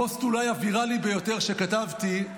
הפוסט אולי הוויראלי ביותר שכתבתי,